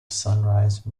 sunrise